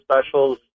specials